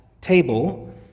table